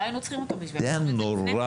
לא היינו צריכים אותו בשביל זה, ידענו את זה לפני.